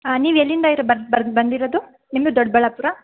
ಹಾಂ ನೀವೆಲ್ಲಿಂದ ಇರೋ ಬಂದು ಬಂದು ಬಂದಿರೋದು ನಿಮ್ಮದು ದೊಡ್ಡಬಳ್ಳಾಪುರ